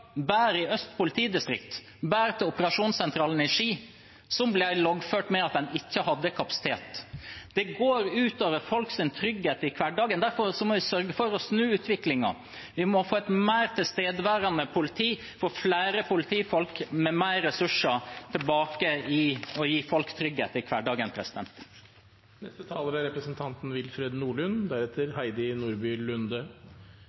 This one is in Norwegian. i Øst politidistrikt, bare til operasjonssentralen i Ski – som ble loggført med at en ikke hadde kapasitet. Det går ut over folks trygghet i hverdagen. Derfor må vi sørge for å snu utviklingen. Vi må få et mer tilstedeværende politi, få flere politifolk med mer ressurser til å gi folk trygghet i hverdagen.